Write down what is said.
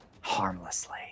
harmlessly